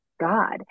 God